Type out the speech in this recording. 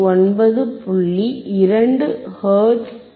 2ஹெர்ட்ஸ் ஆகும்